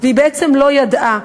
והיא לא ידעה.